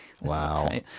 Wow